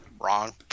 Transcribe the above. wrong